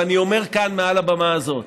ואני אומר כאן, מעל הבמה הזאת: